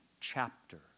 chapter